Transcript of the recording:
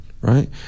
right